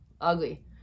ugly